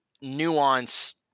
nuance